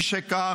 משכך,